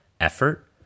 effort